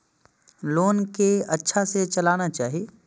Loan के अच्छा से चलाना चाहि?